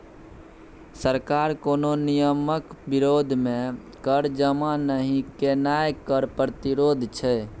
सरकार कोनो नियमक विरोध मे कर जमा नहि केनाय कर प्रतिरोध छै